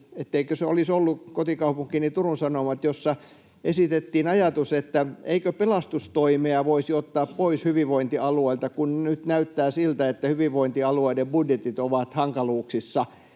etteikö se olisi ollut kotikaupunkini Turun Sanomat — jossa esitettiin ajatus, että eikö pelastustoimea voisi ottaa pois hyvinvointialueilta, kun nyt näyttää siltä, että hyvinvointialueiden budjetit ovat hankaluuksissa.